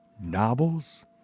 novels